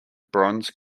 bronze